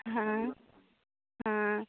हाँ हाँ